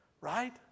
Right